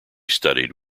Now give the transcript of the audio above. studied